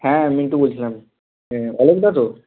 হ্যাঁ মিন্টু বলছিলাম হ্যাঁ আলোকদা তো